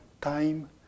time